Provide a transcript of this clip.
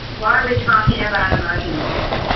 why are we talking about emergencies?